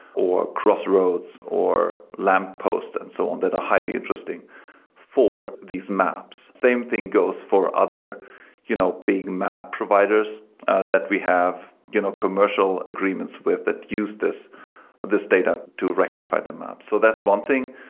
or crossroads, or lamppost and so on that are highly interesting for these maps. same thing goes for other you know big map providers that we have you know commercial agreements with that use this this data to rectify the map. so that's one thing.